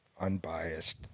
unbiased